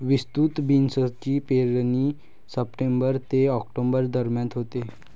विस्तृत बीन्सची पेरणी सप्टेंबर ते ऑक्टोबर दरम्यान होते